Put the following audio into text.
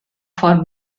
for